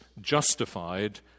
justified